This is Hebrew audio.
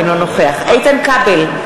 אינו נוכח איתן כבל,